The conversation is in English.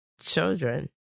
children